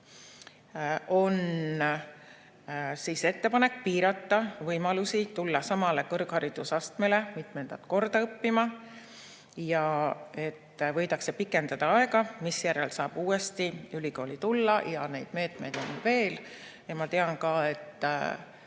On ettepanek piirata võimalusi tulla samale kõrgharidusastmele mitmendat korda õppima, samuti võidakse pikendada aega, mis järel saab uuesti ülikooli tulla, ja neid meetmeid veel. Ma tean, et